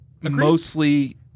mostly